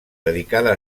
dedicada